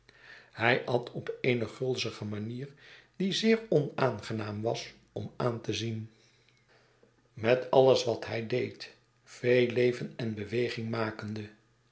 hij at op eene gulzige manier die zeer onaangenaam was om aan te zien met alles wat hij deed veel leven en beweging makende